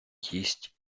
їсть